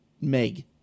meg